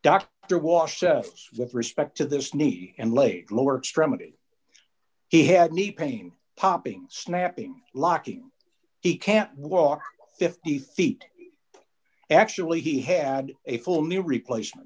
was with respect to this knee and laid lower extremity he had neede pain popping snapping lucky he can't walk fifty feet actually he had a full knee replacement